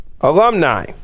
alumni